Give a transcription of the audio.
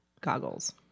goggles